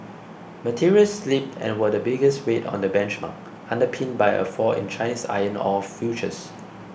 materials slipped and were the biggest weight on the benchmark underpinned by a fall in Chinese iron ore futures